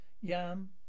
yam